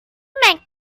met